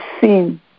sin